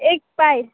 एक पायल